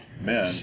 men